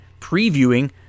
previewing